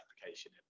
application